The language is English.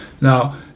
Now